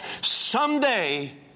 Someday